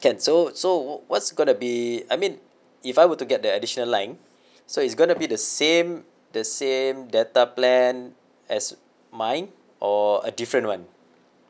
can so so what's gonna be I mean if I were to get the additional line so is gonna be the same the same data plan as mine or a different one